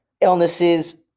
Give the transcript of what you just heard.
illnesses